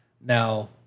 Now